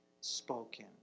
spoken